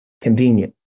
convenient